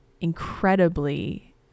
incredibly